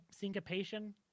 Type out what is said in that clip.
syncopation